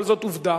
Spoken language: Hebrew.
אבל זאת עובדה,